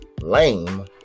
lame